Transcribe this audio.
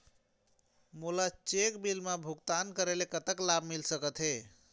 मोला cheque bill मा भुगतान करेले कतक लाभ मिल सकथे?